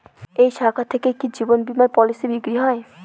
এই শাখা থেকে কি জীবন বীমার পলিসি বিক্রয় হয়?